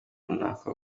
runaka